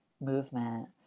movement